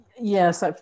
Yes